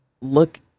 look